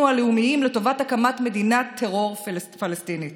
הלאומיים לטובת הקמת מדינת טרור פלסטינית